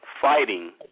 fighting